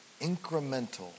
Incremental